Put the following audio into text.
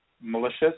malicious